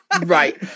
Right